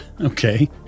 Okay